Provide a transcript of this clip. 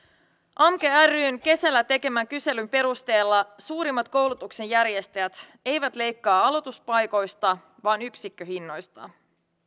amke ryn kesällä tekemän kyselyn perusteella suurimmat koulutuksenjärjestäjät eivät leikkaa aloituspaikoista vaan yksikköhinnoista